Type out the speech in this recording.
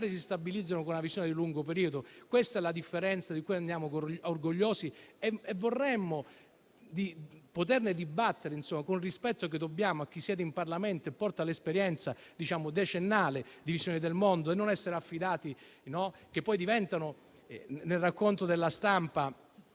si stabilizzano con una visione di lungo periodo. Questa è la differenza di cui andiamo orgogliosi e vorremmo poterne dibattere con il rispetto che dobbiamo a chi siede in Parlamento e porta l'esperienza decennale di una visione del mondo, e affidarci al racconto della stampa,